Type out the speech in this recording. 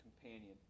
Companion